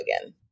again